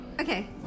Okay